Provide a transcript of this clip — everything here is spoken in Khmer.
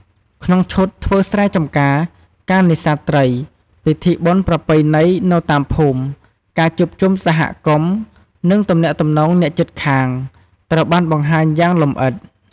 ក្នុងឈុតធ្វើស្រែចម្ការ ការនេសាទត្រី ពិធីបុណ្យប្រពៃណីនៅតាមភូមិ ការជួបជុំសហគមន៍ និងទំនាក់ទំនងអ្នកជិតខាង ត្រូវបានបង្ហាញយ៉ាងលម្អិត ។